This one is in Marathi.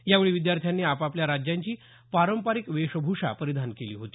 यावेळी विद्यार्थ्यांनी आपापल्या राज्यांची पारंपारिक वेशभूषा परिधान केली होती